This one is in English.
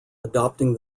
adopting